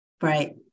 Right